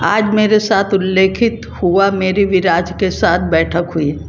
आज मेरे साथ उल्लेखित हुआ मेरी विराज के साथ बैठक हुई